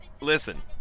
Listen